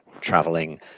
traveling